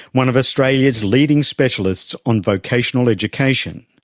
one of australia's leading specialists on vocational education.